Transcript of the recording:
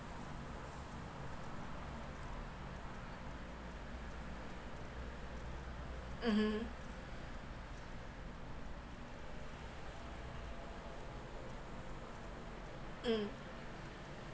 mmhmm mm